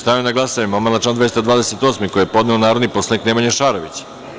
Stavljam na glasanje amandman na član 228. koji je podneo narodni poslanik Nemanja Šarović.